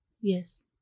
Yes